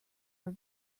are